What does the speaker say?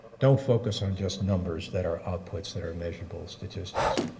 don't focus on just numbers that are outputs that are measurable statistics.